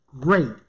great